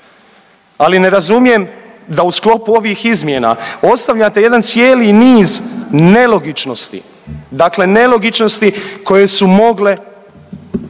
Ali ne razumijem da u sklopu ovih izmjena ostavljate jedan cijeli niz nelogičnosti, dakle nelogičnosti koje su mogle